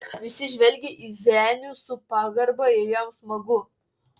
visi žvelgia į zenių su pagarba ir jam smagu